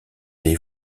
des